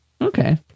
okay